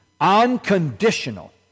unconditional